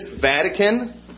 Vatican